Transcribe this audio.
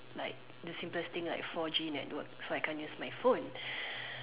like the simplest thing like four G network so I can't use my phone